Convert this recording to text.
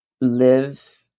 live